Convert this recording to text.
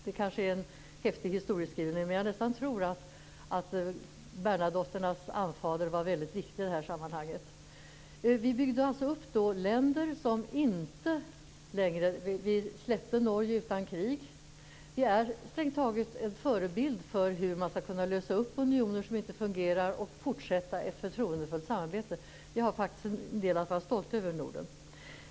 Det kanske är en häftig historieskrivning, men jag tror att Bernadotternas anfader var väldigt viktig i det här sammanhanget. Vi byggde upp länder. Vi släppte Norge utan krig. Vi är strängt taget en förebild för hur man skall kunna lösa upp unioner som inte fungerar, och fortsätta ett förtroendefullt samarbete. Vi har faktiskt en del att vara stolta över i Norden.